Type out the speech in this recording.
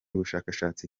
bushakashatsi